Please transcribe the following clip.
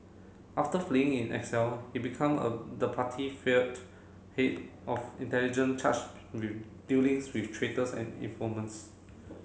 after fleeing in exile he become a the party feared head of intelligence with dealings with traitors and informants